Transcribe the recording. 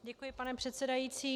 Děkuji, pane předsedající.